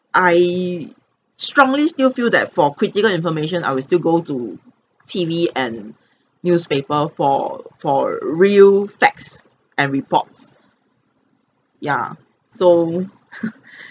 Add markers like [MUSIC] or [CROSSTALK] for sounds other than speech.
I strongly still feel that for critical information I will still go to T_V and [BREATH] newspaper for for real facts and reports ya so [LAUGHS]